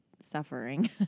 suffering